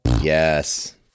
Yes